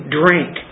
drink